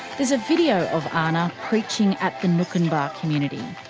there's a video of ana preaching at the noonkanbah community.